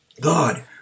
God